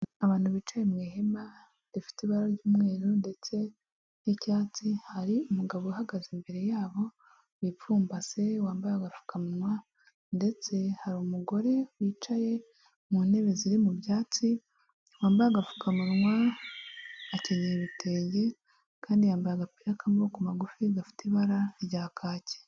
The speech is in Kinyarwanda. Abantu bicaye mu ihema rifite ibara ry'umweru ndetse n'icyatsi, hari umugabo uhagaze imbere yabo wipfumbase wambaye agapfukamunwa ndetse hari umugore wicaye mu ntebe ziri mu byatsi wambaye agapfukamunwa akenyeye ibitenge kandi yambaye agapira k'amaboko magufi gafite ibara rya kake.